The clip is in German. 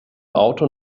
auto